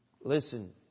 Listen